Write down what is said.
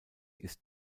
ist